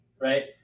right